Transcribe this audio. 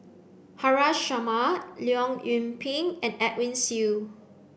Haresh Sharma Leong Yoon Pin and Edwin Siew